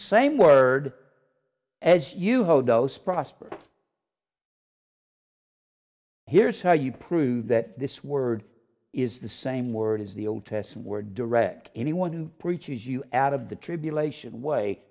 same word as you how those prosper here's how you prove that this word is the same word as the old tests were direct anyone who preaches you out of the tribulation way